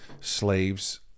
slaves